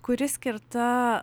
kuri skirta